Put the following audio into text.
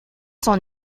son